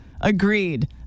Agreed